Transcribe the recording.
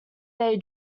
they